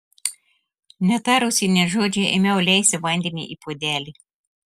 netarusi nė žodžio ėmiau leisti vandenį į puodelį